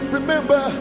Remember